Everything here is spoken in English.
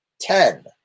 Ten